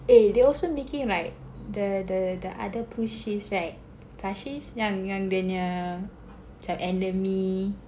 eh they also making like the the the other pushies right plushies yang yang dia nya macam enemy